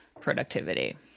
productivity